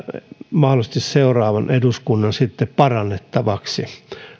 mahdollisesti seuraavan eduskunnan sitten parannettavaksi